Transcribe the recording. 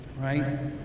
right